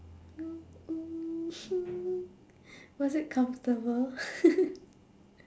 was it comfortable